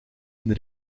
een